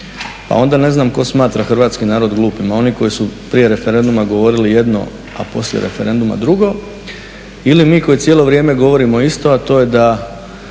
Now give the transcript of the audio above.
Pa onda ne znam tko smatra hrvatski narod glupima, oni koji su prije referenduma govorili jedno, a poslije referenduma drugo ili mi koji cijelo vrijeme govorimo isto i Ustavni